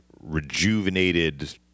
rejuvenated